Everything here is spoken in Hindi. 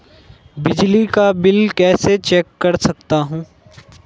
बिजली का बिल कैसे चेक कर सकता हूँ?